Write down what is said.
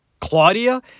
Claudia